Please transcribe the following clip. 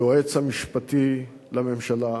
היועץ המשפטי לממשלה,